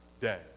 day